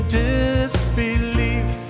disbelief